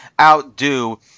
outdo